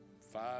five